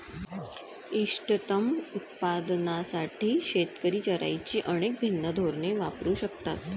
इष्टतम उत्पादनासाठी शेतकरी चराईची अनेक भिन्न धोरणे वापरू शकतात